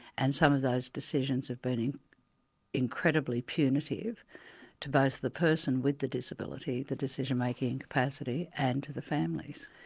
and some of those decisions have been incredibly punitive to both the person with the disability, the decision-making incapacity, and to the families,